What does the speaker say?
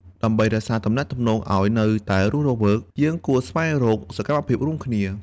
ដើម្បីរក្សាទំនាក់ទំនងឱ្យនៅតែរស់រវើក យើងគួរស្វែងរកសកម្មភាពរួមគ្នា។